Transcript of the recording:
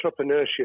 entrepreneurship